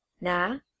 Now